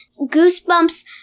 Goosebumps